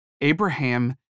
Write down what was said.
Abraham